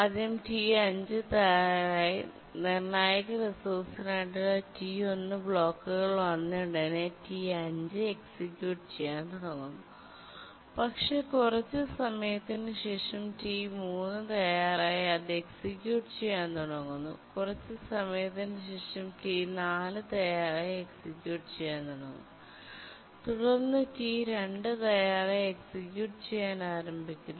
ആദ്യം T5 തയ്യാറായി നിർണായക റിസോഴ്സിനായുള്ള T1 ബ്ലോക്കുകൾ വന്നയുടനെ T5 എക്സിക്യൂട്ട് ചെയ്യാൻ തുടങ്ങുന്നു പക്ഷേ കുറച്ച് സമയത്തിന് ശേഷം T3 തയ്യാറായി അത് എക്സിക്യൂട്ട് ചെയ്യാൻ തുടങ്ങുന്നു കുറച്ച് സമയത്തിന് ശേഷം T4 തയ്യാറായി എക്സിക്യൂട്ട് ചെയ്യാൻ തുടങ്ങുന്നു തുടർന്ന് T2 തയ്യാറായി എക്സിക്യൂട്ട് ചെയ്യാൻ ആരംഭിക്കുന്നു